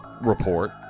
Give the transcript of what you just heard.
report